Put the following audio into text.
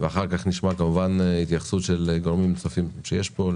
ואחר כך נשמע כמובן התייחסות של גורמים נוספים שיש פה,